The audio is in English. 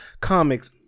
comics